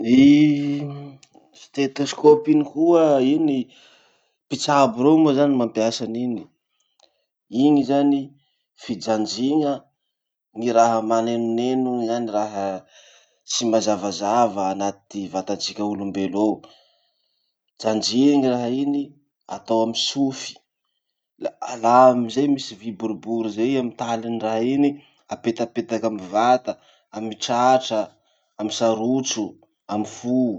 Ny stetôskôpy iny koa iny mpitsabo reo moa zany mampiasa an'iny. Iny zany finjanjina ny raha manenoneno iny zany, ny raha tsy mazavazava anaty vatatsika olombelo ao. Janjiny raha iny, atao amy sofy. La alà amizay misy vy boribory zay amy talin'ny raha iny, apetapetaky amy vata, amy tratra, amy sarotso, amy fo.